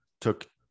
took